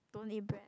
don't eat bread